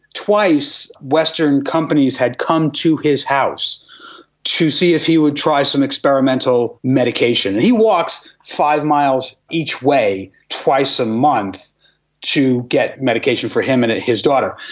twice western companies had come to his house to see if he would try some experimental medication. he walks five miles each way twice a month to get medication for him and his daughter.